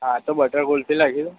હા તો બટર કુલ્ફી લખી લો